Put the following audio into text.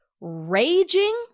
raging